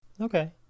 okay